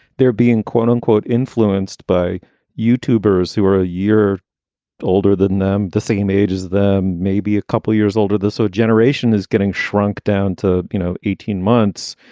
they're being, quote unquote, influenced by youtubers who are a year older than them, the same age as the maybe a couple years older. this old generation is getting shrunk down to, you know, eighteen months.